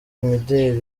imideli